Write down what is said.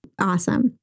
Awesome